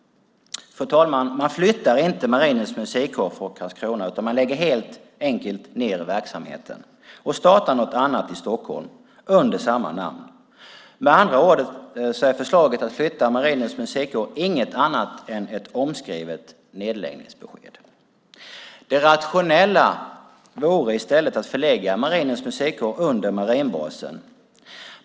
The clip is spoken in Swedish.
Fru talman! Man flyttar inte Marinens musikkår från Karlskrona, utan man lägger helt enkelt ned verksamheten och startar något annat i Stockholm under samma namn. Med andra ord är förslaget att flytta Marinens musikkår inget annat än ett omskrivet nedläggningsbesked. Det rationella vore i stället att förlägga Marinens musikkår under marinbasen.